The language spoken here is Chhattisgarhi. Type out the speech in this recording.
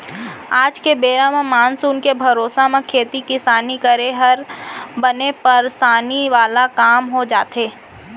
आज के बेरा म मानसून के भरोसा म खेती किसानी करे हर बने परसानी वाला काम हो जाथे